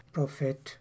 Prophet